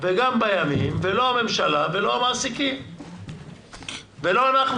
וגם בימים, ולא הממשלה ולא המעסיקים ולא אנחנו